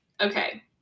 okay